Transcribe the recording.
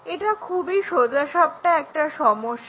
এটা খুবই সোজাসাপটা একটা সমস্যা